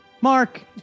Mark